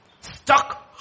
stuck